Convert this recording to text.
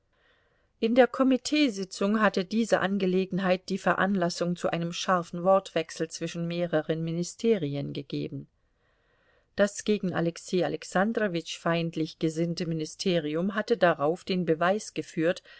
in der komiteesitzung hatte diese angelegenheit die veranlassung zu einem scharfen wortwechsel zwischen mehreren ministerien gegeben das gegen alexei alexandrowitsch feindlich gesinnte ministerium hatte darauf den beweis geführt